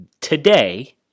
today